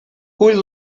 cull